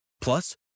Plus